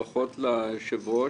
ברכות ליושב-ראש,